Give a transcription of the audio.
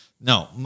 No